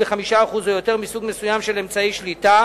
ב-5% או יותר מסוג מסוים של אמצעי שליטה.